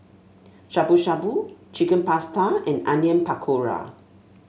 Shabu Shabu Chicken Pasta and Onion Pakora